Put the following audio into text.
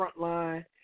Frontline